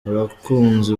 abakunzi